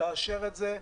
לאשר את זה,